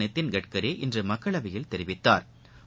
நிதின் கட்கரி இன்று மக்களவையில் தெரிவித்தாா்